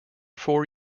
four